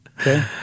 Okay